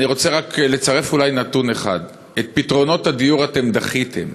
אני רוצה רק לצרף אולי נתון אחד: את פתרונות הגיור אתם דחיתם,